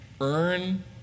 earn